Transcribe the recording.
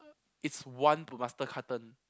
it's one per master carton